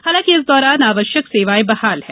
हालांकि इस दौरान आवश्यक सेवाएं बहाल हैं